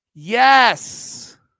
Yes